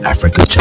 Africa